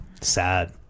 sad